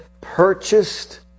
purchased